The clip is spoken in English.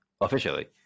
officially